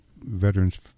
veterans